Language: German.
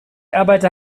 arbeite